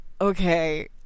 okay